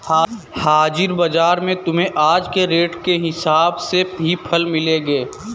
हाजिर बाजार में तुम्हें आज के रेट के हिसाब से ही फल मिलेंगे